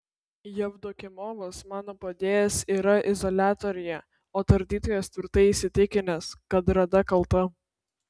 jevdokimovas mano padėjėjas yra izoliatoriuje o tardytojas tvirtai įsitikinęs kad rada kalta